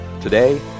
Today